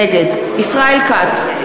נגד ישראל כץ,